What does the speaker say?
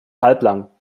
halblang